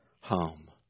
home